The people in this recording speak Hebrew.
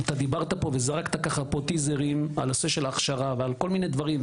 אתה דיברת וזרקת טיזרים על נושא ההכשרה ועל כל מיני דברים,